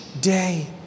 day